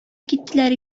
киттеләр